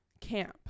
camp